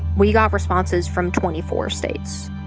we got responses from twenty four states.